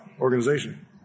organization